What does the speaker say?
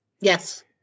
Yes